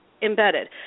Embedded